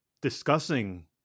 discussing